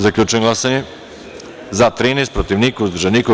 Zaključujem glasanje: za - 13, protiv - niko, uzdržanih – nema.